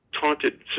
taunted